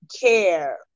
care